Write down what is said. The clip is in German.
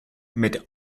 mit